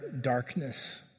darkness